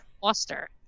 foster